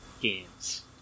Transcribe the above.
games